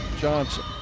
Johnson